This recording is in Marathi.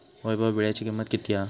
वैभव वीळ्याची किंमत किती हा?